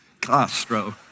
Castro